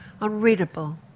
unreadable